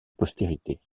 postérité